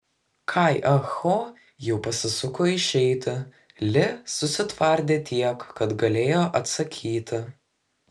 kai ah ho jau pasisuko išeiti li susitvardė tiek kad galėjo atsakyti